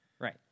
right